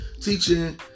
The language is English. teaching